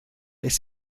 beth